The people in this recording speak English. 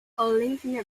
olivia